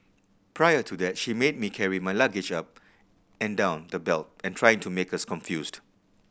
prior to that she made me carry my luggage up and down the belt and trying to make us confused